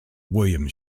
william